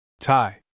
Thai